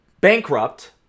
bankrupt